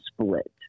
split